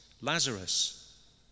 Lazarus